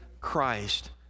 Christ